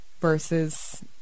versus